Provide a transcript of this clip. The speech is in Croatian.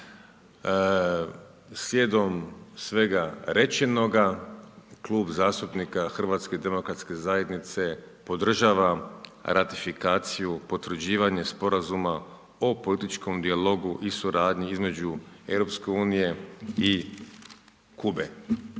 Slijedom svega rečenoga, Klub zastupnika Hrvatske demokratske zajednice podržava ratifikaciju, potvrđivanje Sporazuma o političkom dijalogu i suradnji između Europske